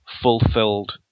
fulfilled